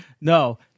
No